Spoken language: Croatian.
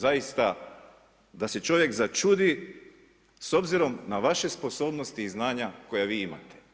Zaista da se čovjek začudi s obzirom na vaše sposobnosti i znanja koja vi imate.